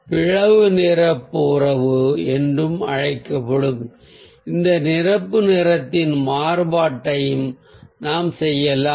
பிளவு நிரப்பு உறவு என்று அழைக்கப்படும் இந்த நிரப்பு நிறத்தின் மாறுபாட்டையும் நாம் செய்யலாம்